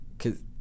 Cause